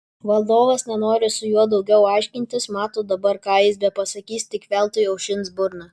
valdovas nenori su juo daugiau aiškintis mato dabar ką jis bepasakys tik veltui aušins burną